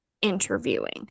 interviewing